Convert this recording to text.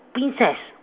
princess